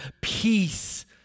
peace